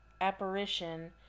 apparition